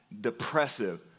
depressive